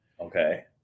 okay